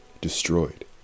destroyed